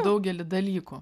daugelį dalykų